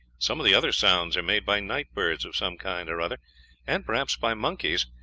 some of the other sounds are made by night birds of some kind or other and perhaps by monkeys,